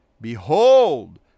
Behold